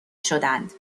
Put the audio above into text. شدند